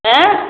ଏଁ